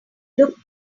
look